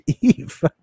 Eve